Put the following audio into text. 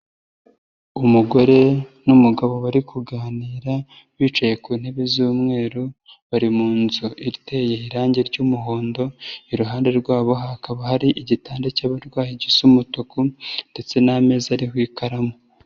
Umugore n'umugabo bari kuganira bicaye ku ntebe z'umweru, bari mu nzu iteye irangi ry'umuhondo iruhande rwabo hakaba hari igitanda cy'abarwayi gisa umutuku ndetse n'ameza ariho ikaramu.